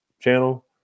channel